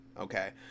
okay